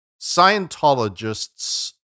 Scientologists